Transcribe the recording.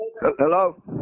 Hello